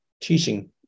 teaching